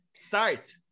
Start